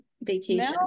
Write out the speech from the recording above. vacation